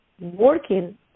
working